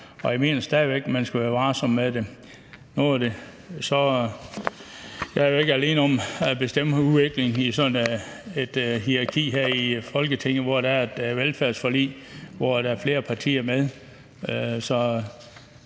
jeg mener stadig væk, at man skal være varsom med det. Jeg er jo ikke alene om at bestemme udviklingen i det hierarki her i Folketinget, hvor der er et velfærdsforlig, hvor der er flere partier med.